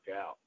out